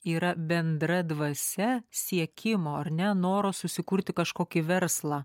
yra bendra dvasia siekimo ar ne noro susikurti kažkokį verslą